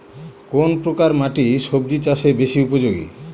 কোন প্রকার মাটি সবজি চাষে বেশি উপযোগী?